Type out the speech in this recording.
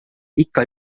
ikka